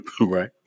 Right